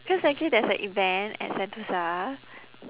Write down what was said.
because actually there's a event at sentosa